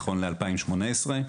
נכון ל-2018.